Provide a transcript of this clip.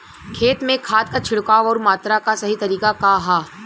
खेत में खाद क छिड़काव अउर मात्रा क सही तरीका का ह?